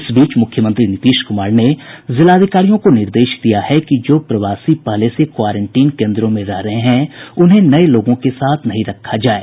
इस बीच मुख्यमंत्री नीतीश कुमार ने जिलाधिकारियों को निर्देश दिया है कि जो प्रवासी पहले से क्वारेंटीन केंद्रों में रह रहे हैं उन्हें नये लोगों के साथ नहीं रखा जाये